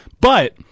But-